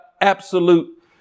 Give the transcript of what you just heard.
absolute